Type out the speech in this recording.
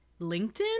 linkedin